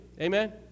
Amen